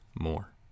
more